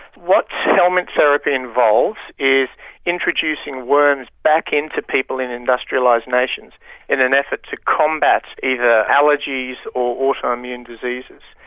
what helminth therapy involves is introducing worms back into people in industrialised nations in an effort to combat either allergies or auto-immune diseases.